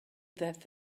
that